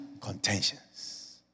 contentions